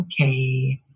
okay